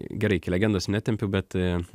gerai iki legendos netempiu bet